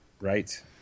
Right